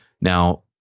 Now